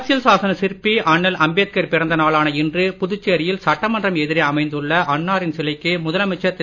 அரசியல் சாசன சிற்பி அண்ணல் அம்பேத்கார் பிறந்த நாளான இன்று புதுச்சேரியில் சட்டமன்றம் எதிரே அமைந்துள்ள அன்னாரின் சிலைக்கு முதலமைச்சர் திரு